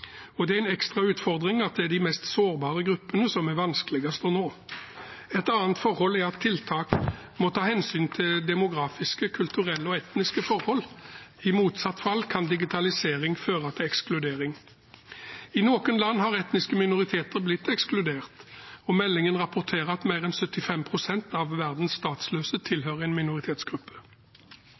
Det er en ekstra utfordring at det er de mest sårbare gruppene som er vanskeligst å nå. Et annet forhold er at tiltak må ta hensyn til demografiske, kulturelle og etniske forhold. I motsatt fall kan digitalisering føre til ekskludering. I noen land har etniske minoriteter blitt ekskludert, og meldingen rapporterer at mer enn 75 pst. av verdens statsløse tilhører en minoritetsgruppe.